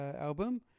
album